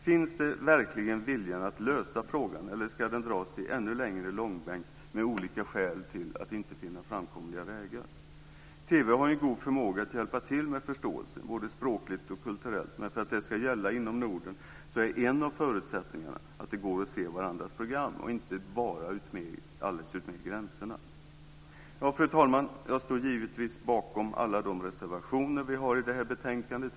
Finns det verkligen vilja att lösa frågan, eller ska den dras ännu längre i långbänk med olika skäl till att inte finna framkomliga vägar? TV har en god förmåga att hjälpa till med förståelse, både språkligt och kulturellt. Men för att det ska gälla inom Norden är en av förutsättningarna att det går att se varandras program, och det inte bara alldeles utmed gränserna. Fru talman! Jag står givetvis bakom alla de reservationer vi har i det här betänkandet.